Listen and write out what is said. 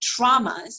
traumas